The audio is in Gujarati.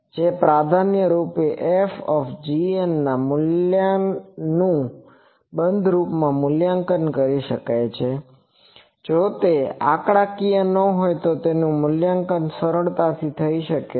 જેથી પ્રાધાન્ય રૂપે Fના મૂલ્યનુ બંધ રૂપમાં મૂલ્યાંકન કરી શકાય છે જો તે આંકડાકીય ન હોય તો તેનું મૂલ્યાંકન સરળતાથી થઈ શકે છે